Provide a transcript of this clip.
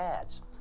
ads